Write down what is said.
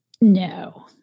No